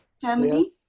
family